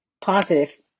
positive